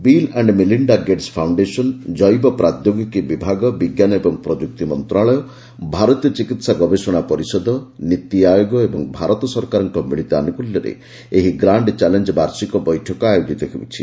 bill and Melinda Gates foundation ଜୈବ ପ୍ରାଦୌଗିକୀ ବିଭାଗ ବିଙ୍କାନ ଏବଂ ପ୍ରଯୁକ୍ତି ମନ୍ତ୍ରଶାଳୟ ଭାରତୀୟ ଚିକିତ୍ସା ଗବେଷଣା ପରିଷଦ ନୀତି ଆୟୋଗ ଓ ଭାରତ ସରକାରଙ୍କ ମିଳିତ ଆନୁକ୍ଲ୍ୟରେ ଏହି ଗ୍ରାଣ୍ଡ ଚ୍ୟାଲେଞ୍ଜ ବାର୍ଷିକ ବୈଠକ ଆୟୋଜିତ ହୋଇଛି